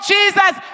Jesus